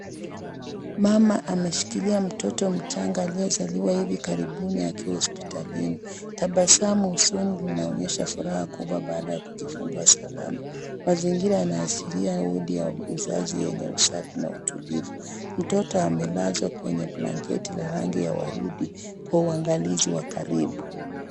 Mama ameshikilia mtoto mchanga aliyezaliwa hivi karibuni akiwa hospitalini. Tabasamu usoni zinaonyesha furaha kubwa baada ya kujifungua salama. Mazingira yanaashiria wodi ya uzazi yenye usafi na utulivu. Mtoto amelazwa kwenye blanketi la rangi ya waridi kwa uangalizi wa karibu.